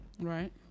Right